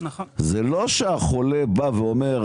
זה לא שהחולה בא ואומר,